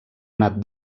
anat